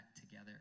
together